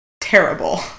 terrible